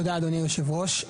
תודה אדוני יושב הראש.